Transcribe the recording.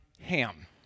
Ham